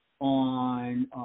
on